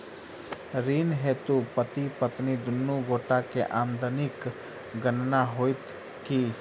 ऋण हेतु पति पत्नी दुनू गोटा केँ आमदनीक गणना होइत की?